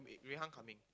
Wei-Han coming